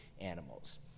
animals